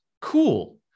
cool